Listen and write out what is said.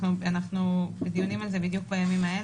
אנחנו בדיונים על זה בדיוק בימים האלה.